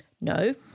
no